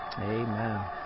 Amen